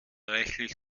reichlich